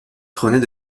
trônait